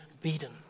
beaten